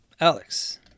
Alex